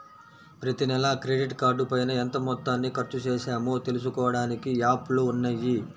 ప్రతినెలా క్రెడిట్ కార్డుపైన ఎంత మొత్తాన్ని ఖర్చుచేశామో తెలుసుకోడానికి యాప్లు ఉన్నయ్యి